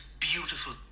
beautiful